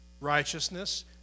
righteousness